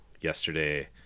yesterday